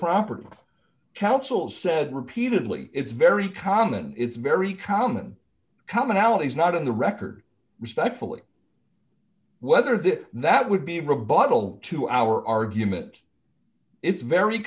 property council said repeatedly it's very common it's very common commonalities not in the record respectfully whether that that would be a rebuttal to our argument it's very